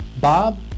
Bob